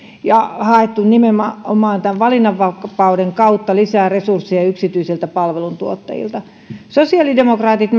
ja on haettu nimenomaan valinnanvapauden kautta lisää resursseja yksityisiltä palveluntuottajilta me sosiaalidemokraatit